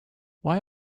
why